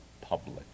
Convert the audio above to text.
public